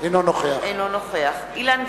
אינו נוכח אילן גילאון,